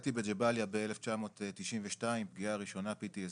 נפצעתי בג'באליה ב-1992 פגיעה ראשונה PTSD,